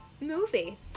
movie